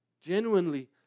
Genuinely